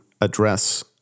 address